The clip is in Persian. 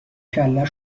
کله